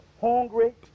Hungry